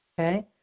Okay